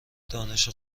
دانش